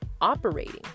operating